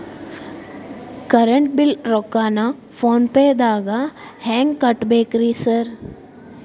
Current bill ರೊಕ್ಕಾನ phone ಪೇದಾಗ ಹೆಂಗ್ ಕಟ್ಟಬೇಕ್ರಿ ಸರ್?